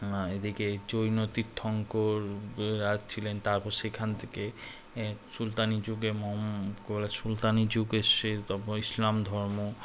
এদিকে জৈন তীর্থঙ্কর রাজ ছিলেন তারপর সেখান থেকে সুলতানি যুগে ম সুলতানি যুগ এসছে তখন ইসলাম ধর্ম